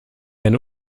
eine